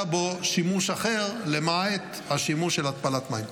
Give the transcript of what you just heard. בו שימוש אחר למעט השימוש להתפלת מים.